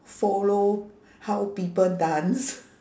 follow how people dance